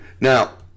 Now